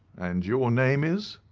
and your name is?